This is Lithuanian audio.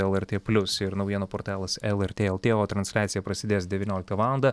lrt plius ir naujienų portalas lrt lt o transliacija prasidės devynioliktą valandą